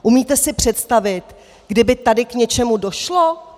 Umíte si představit, kdyby tady k něčemu došlo?